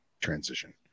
transition